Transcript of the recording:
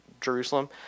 Jerusalem